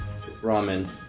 Ramen